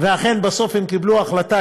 ואכן, בסוף הם קיבלו החלטה.